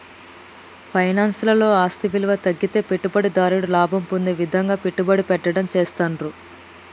finance లలో ఆస్తి విలువ తగ్గితే పెట్టుబడిదారుడు లాభం పొందే విధంగా పెట్టుబడి పెట్టడం చేస్తాండ్రు